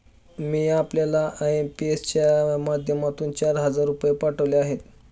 मी आपल्याला आय.एम.पी.एस च्या माध्यमातून चार हजार रुपये पाठवले आहेत